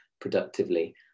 productively